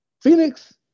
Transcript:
Phoenix